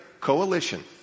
coalition